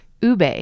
Ube